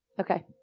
Okay